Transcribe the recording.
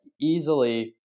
easily